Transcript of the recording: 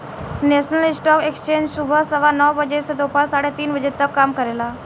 national stock exchange सुबह सवा नौ बजे से दोपहर साढ़े तीन बजे तक काम करेला